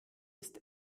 ist